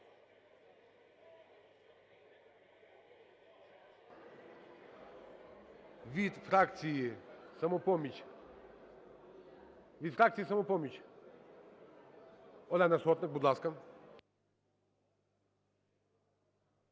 Від фракції "Самопоміч"… Від фракції "Самопоміч"? Олена Сотник, будь ласка.